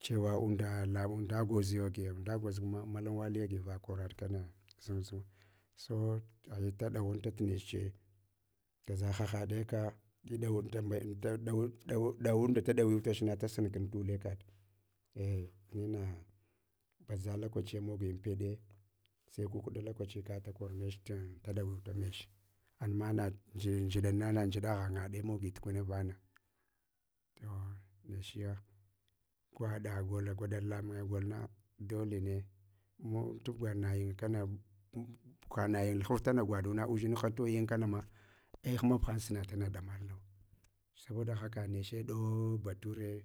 Chewa unda lam unda gwoziyo giyo unda gwoz malan wale gi va karad kana zunzunga. So aghai da dawanta tuneche gaʒa hahaɗe dawi dawunda da ɗawituchna ɗasun kun tule kaɗi ꞌa’ nina baza lokaciye mogini peɗe sai kukɗa lokaa ƙada kormech da ɗawuta mech. Ana dʒiɗana dʒiɗa ghangaɗe mogi tukuna vana. Toh nechiya gwaɗa gol gwaɗa lamunge golna dolene, mu tubga nauyinkana hanayin luhaf tana gwaɗuna udʒinha toyin kanama ei hmab hang suna tana ɗamalnau. Saboda haka neche ɗau bature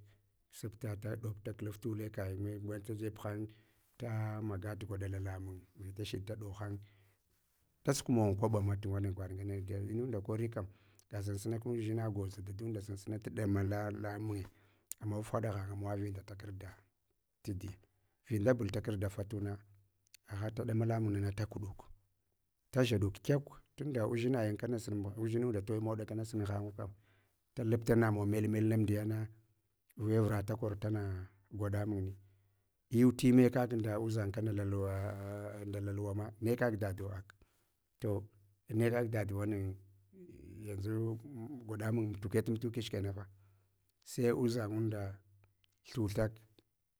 supta da ɗob da klaf tulekeyinye mata jeb hang da maga gwaɗa lalamung vita ɗohang. Dasu kumawa an kwabama gwaɗ ngne inunda kori kam ga sunsuna kum udʒina gwoza unda sunsuna dama la laminge, ammawaf haɗaf hang amawa vinda takarda taduya vindabal takarda fatuna, ahada ɗa mala mun nana da kuɗuk. Da dʒaɗuk kyaki. Unɗʒinayinka, undʒinanada toyimawa dakana sunan han’ngu kam dalapta namawa mel melna amduyana we vura ta kortana gwaɗamunni. Iwutime kakkana ndudʒangna nda laluwama nekak dad akak. To nekab dad wanan yanʒu gwaɗamun mutuke tamtukach kenafa, sai udʒan’ngunda thuthak.